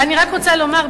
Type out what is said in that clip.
ואני רק רוצה לומר,